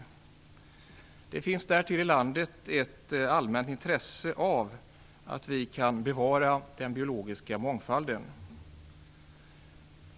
Därtill finns det i landet ett allmänt intresse för att vi kan bevara den biologiska mångfalden.